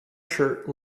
shirt